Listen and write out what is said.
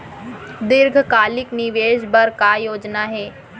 दीर्घकालिक निवेश बर का योजना हे?